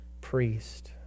priest